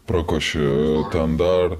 prakoši ten dar